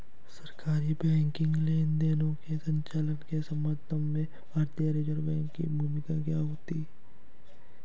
सरकारी बैंकिंग लेनदेनों के संचालन के संबंध में भारतीय रिज़र्व बैंक की भूमिका क्या होती है?